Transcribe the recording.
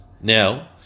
Now